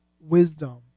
wisdom